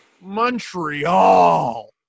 Montreal